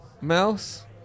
mouse